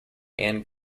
and